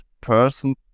person